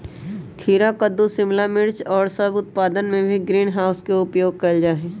खीरा कद्दू शिमला मिर्च और सब के उत्पादन में भी ग्रीन हाउस के उपयोग कइल जाहई